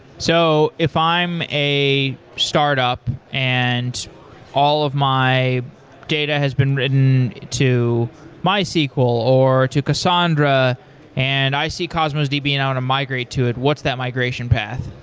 so if i'm a startup and all of my data has been written to mysql or to cassandra and i see cosmos db and i want to migrate to it, what's that migration path?